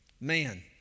Man